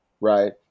right